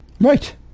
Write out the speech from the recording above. Right